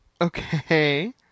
Okay